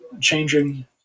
changing